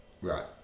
Right